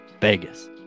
vegas